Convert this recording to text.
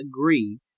agree